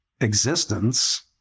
existence